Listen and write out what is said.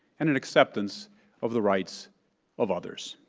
and an acceptance of the rights of others.